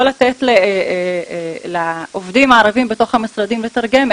לא לתת לעובדים הערבים בתוך המשרדים לתרגם,